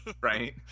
right